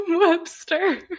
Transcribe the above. webster